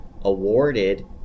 awarded